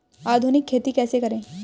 आधुनिक खेती कैसे करें?